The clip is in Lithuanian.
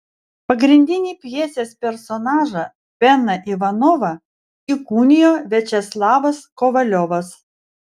pagrindinį pjesės personažą beną ivanovą įkūnijo viačeslavas kovaliovas